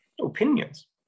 opinions